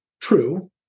true